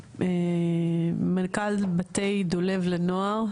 מנכ"ל בתי דולב לנוער,